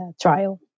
trial